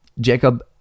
Jacob